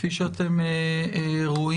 כפי שאתם רואים,